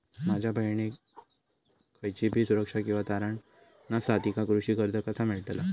माझ्या बहिणीक खयचीबी सुरक्षा किंवा तारण नसा तिका कृषी कर्ज कसा मेळतल?